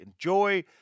enjoy